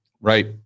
Right